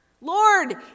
Lord